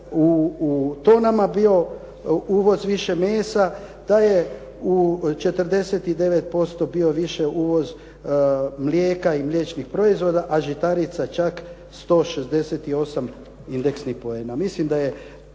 u tonama bio uvoz više mesa, da je u 49% bio više uvoz mlijeka i mliječnih proizvoda a žitarica čak 168 indeksnih poena.